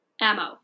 ammo